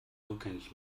rückgängig